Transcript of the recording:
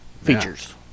features